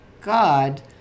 God